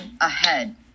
ahead